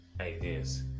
ideas